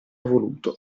voluto